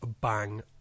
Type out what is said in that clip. bang